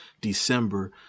December